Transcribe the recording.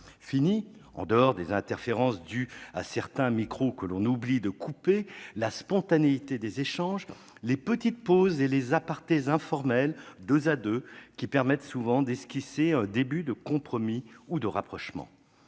En dehors des interférences dues à certains micros que l'on oublie de couper, finis la spontanéité des échanges, les petites pauses et les apartés informels, deux à deux, qui permettent souvent d'esquisser un début de compromis ou de rapprochement.